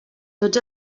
tots